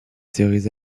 séries